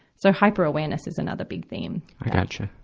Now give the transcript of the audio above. so hyperawareness is another big theme. i gotcha.